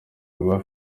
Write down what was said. rwa